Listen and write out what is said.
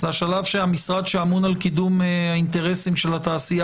זה השלב שהמשרד שאמון על קידום האינטרסים של התעשייה